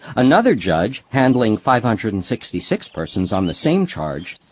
another judge, handling five hundred and sixty six persons on the same charge,